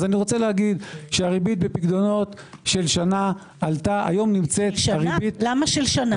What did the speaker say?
הריבית בפיקדונות של שנה עלתה- -- למה של שנה?